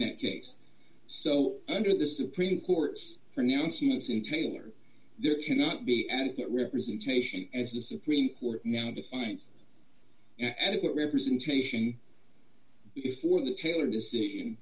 case so under the supreme court's pronouncements in taylor there cannot be adequate representation as the supreme court now defines adequate representation for the taylor decision